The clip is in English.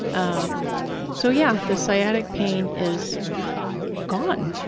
um so yeah, the sciatic pain is gone.